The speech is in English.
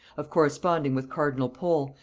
of corresponding with cardinal pole,